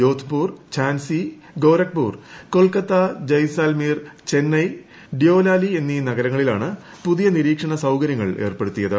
ജോധ്പൂർ ത്സാൻസി ഗൊരക്പൂർ കൊൽക്കുത്ത ജയ്സാൽമീർ ചെന്നൈ ഡ്യോലാലി എന്നീ നഗരങ്ങ്ളിലാണ് പുതിയ നിരീക്ഷണ സൌകര്യങ്ങൾ ഏർപ്പെടുത്തിയത്